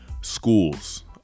schools